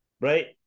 right